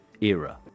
era